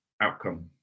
outcome